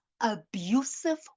abusive